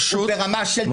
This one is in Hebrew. לא נכון, פשוט לא נכון.